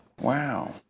Wow